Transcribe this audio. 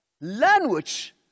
language